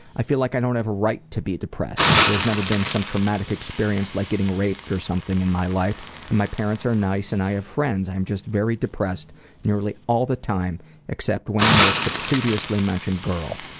i feel like i don't have a right to be depressed. there's never been some traumatic experience like getting raped or something in my life and my parents are nice and i have friends, i am just very depressed nearly all the time except when i'm with the previously mentioned girl.